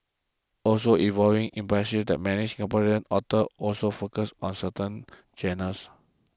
also evolving impression that many Singaporean authors also focus on certain genres